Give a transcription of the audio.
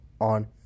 on